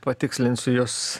patikslinsiu jus